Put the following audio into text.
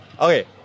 Okay